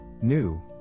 New